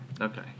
Okay